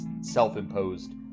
self-imposed